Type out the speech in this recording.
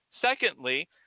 Secondly